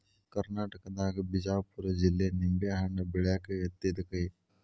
ಕರ್ನಾಟಕದಾಗ ಬಿಜಾಪುರ ಜಿಲ್ಲೆ ನಿಂಬೆಹಣ್ಣ ಬೆಳ್ಯಾಕ ಯತ್ತಿದ ಕೈ